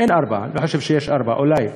אין 4. אני לא חושב שיש 4. אולי,